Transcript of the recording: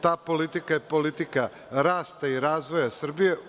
Ta politika je politika rasta i razvoja Srbije.